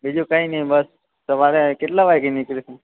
બીજું કંઈ નહીં બસ સવારે કેટલા વાગ્યે નીકળીશું